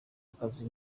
akazi